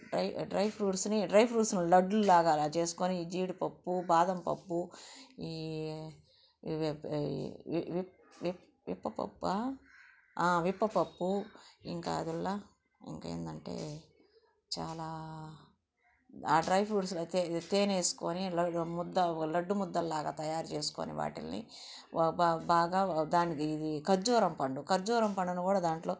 dry dry ఫ్రూట్సుని dry ఫ్రూట్సుని లడ్లు లాగా అలా చేసుకొని జీడిపప్పు బాదంపప్పు ఈ మిప్ప పప్పా విప్ప పప్పు ఇంకా అదుళ్ళ ఇంకా ఏంటంటే చాలా ఆ డ్రై ఫ్రూట్స్లో తేనె వేసుకొని ఒక ముద్ద ఒక లడ్డు ముద్దల్లాగా తయారు చేసుకుని వాటిని బాగా దానికి ఖర్జూరం పండు ఖర్జూరం పండును కూడా దాంట్లో